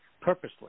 purposely